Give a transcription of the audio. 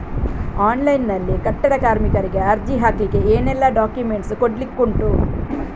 Online ನಲ್ಲಿ ಕಟ್ಟಡ ಕಾರ್ಮಿಕರಿಗೆ ಅರ್ಜಿ ಹಾಕ್ಲಿಕ್ಕೆ ಏನೆಲ್ಲಾ ಡಾಕ್ಯುಮೆಂಟ್ಸ್ ಕೊಡ್ಲಿಕುಂಟು?